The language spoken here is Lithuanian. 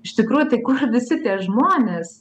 iš tikrųjų tai kur visi tie žmonės